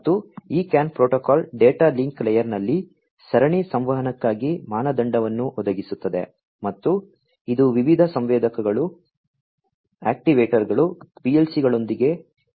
ಮತ್ತು ಈ CAN protocol data link ಲೇಯರ್ನಲ್ಲಿ ಸರಣಿ ಸಂವಹನಕ್ಕಾಗಿ ಮಾನದಂಡವನ್ನು ಒದಗಿಸುತ್ತದೆ ಮತ್ತು ಇದು ವಿವಿಧ ಸಂವೇದಕಗಳು ಆಕ್ಟಿವೇಟರ್ಗಳು PLC ಗಳೊಂದಿಗೆ ಇತ್ಯಾದಿಗಳನ್ನು ಲಿಂಕ್ ಮಾಡುತ್ತದೆ